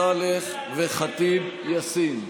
סונדוס סאלח ואימאן ח'טיב יאסין.